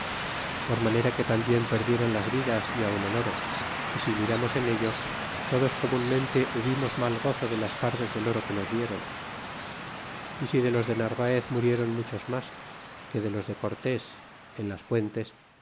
por manera que tambien perdieron las vidas y aun el oro y si miramos en ello todos comunmente hubimos mal gozo de las partes del oro que nos dieron y si de los de narvaez murieron muchos mas que de los de cortes en las puentes